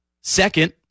Second